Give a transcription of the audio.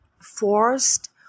forced